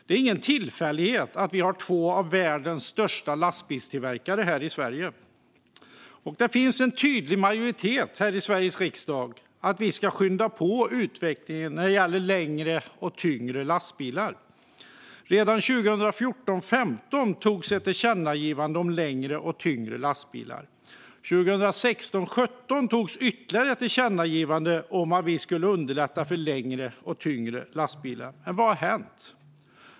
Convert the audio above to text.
Det är ingen tillfällighet att två av världens största lastbilstillverkare finns här i Sverige. Det finns en tydlig majoritet i Sveriges riksdag för att skynda på utvecklingen med längre och tyngre lastbilar. Redan 2014 17 beslut om ytterligare ett tillkännagivande om att underlätta för längre och tyngre lastbilar. Vad har hänt?